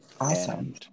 Awesome